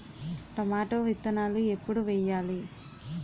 Tomato విత్తనాలు ఎప్పుడు వెయ్యాలి?